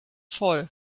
voll